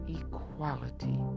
equality